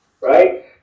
right